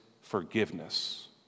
forgiveness